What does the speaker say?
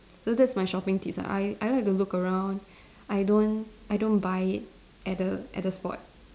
so that's my shopping tips ah I I like look around I don't I don't buy at the at the spot